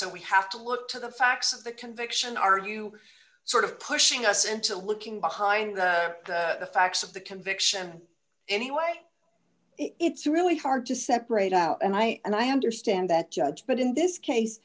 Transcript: so we have to look to the facts of the conviction are you sort of pushing us into looking behind the facts of the conviction anyway it's really hard to separate out and i and i understand that judge but in this case